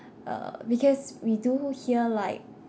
uh because we do hear like